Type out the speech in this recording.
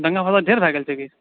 दंगा भेला देर भय गेल छै की